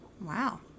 wow